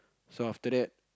so after that